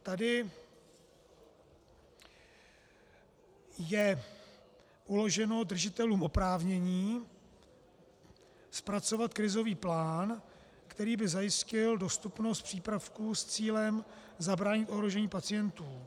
Tady je uloženo držitelům oprávnění zpracovat krizový plán, který by zajistil dostupnost přípravků s cílem zabránit ohrožení pacientů.